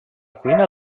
cuina